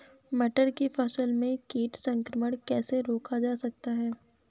मटर की फसल में कीट संक्रमण कैसे रोका जा सकता है?